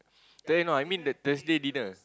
eh you know I mean the Thursday dinner